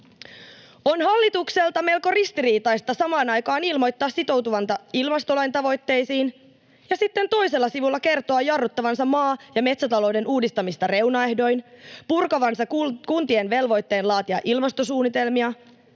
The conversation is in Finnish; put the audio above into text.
On hallitukselta melko ristiriitaista samaan aikaan ilmoittaa sitoutuvansa ilmastolain tavoitteisiin ja sitten toisella sivulla kertoa jarruttavansa maa- ja metsätalouden uudistamista reunaehdoin, purkavansa kuntien velvoitteen laatia ilmastosuunnitelmia,